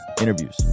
interviews